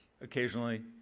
occasionally